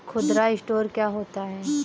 खुदरा स्टोर क्या होता है?